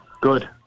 good